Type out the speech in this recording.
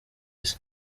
isi